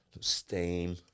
steam